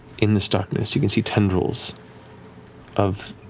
in this darkness, you can see tendrils of